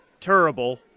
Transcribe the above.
terrible